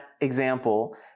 example